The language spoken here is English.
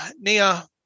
Nia